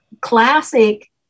classic